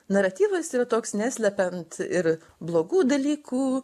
naratyvas yra toks neslepiant ir blogų dalykų